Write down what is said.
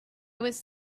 was